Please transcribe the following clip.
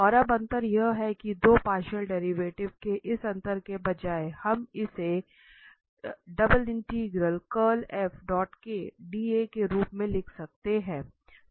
और अब अंतर यह है कि दो पार्शियल डेरिवेटिव के इस अंतर के बजाय हम इसे के रूप में भी लिख सकते हैं